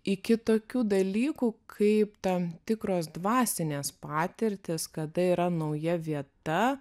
iki tokių dalykų kaip tam tikros dvasinės patirtys kada yra nauja vieta